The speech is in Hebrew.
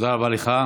תודה רבה לך.